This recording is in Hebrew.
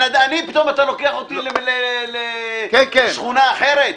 פתאום אתה לוקח אותי לשכונה אחרת.